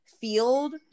field